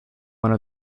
one